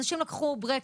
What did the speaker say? אנשים עשו ברקס,